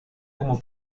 como